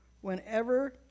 Whenever